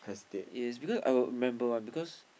yes because I will remember [one] because